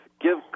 give